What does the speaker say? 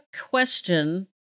question